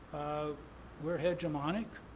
we're hegemonic.